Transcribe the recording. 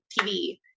TV